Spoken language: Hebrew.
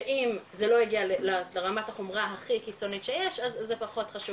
שאם זה לא הגיע לרמת החומרה הכי קיצונית שיש אז זה פחות חשוב